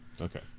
Okay